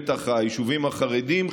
בטח היישובים החרדיים,